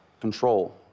control